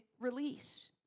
release